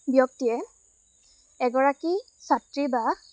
ব্যক্তিয়ে এগৰাকী ছাত্ৰী বা